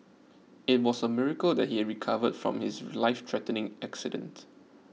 it was a miracle that he recovered from his lifethreatening accident